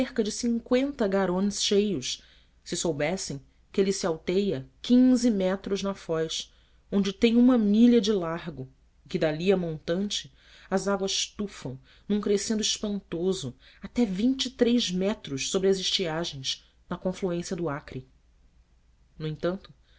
garonnes cheios se soubessem que ele se alteia metros na foz onde tem uma milha de largo e que dali a montante as águas tufam num crescendo espantoso até metros sobre as estiagens na confluência do acre no entanto